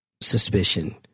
suspicion